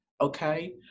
okay